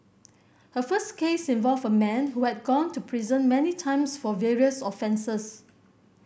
her first case involved a man who had gone to prison many times for various offences